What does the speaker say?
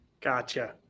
Gotcha